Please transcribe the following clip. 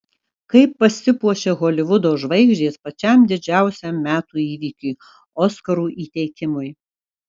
kaip pasipuošia holivudo žvaigždės pačiam didžiausiam metų įvykiui oskarų įteikimui